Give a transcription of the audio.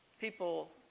people